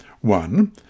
One